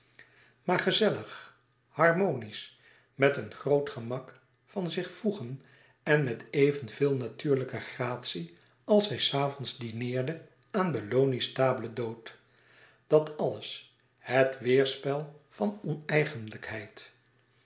maar gezellig harmonisch met een groot gemak van zich voegen en met even veel natuurlijke gratie als zij s avonds dineerde aan belloni's table d'hôte dat alles het weêrspel van